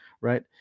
right